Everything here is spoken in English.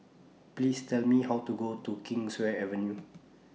Please Tell Me How to Go to Kingswear Avenue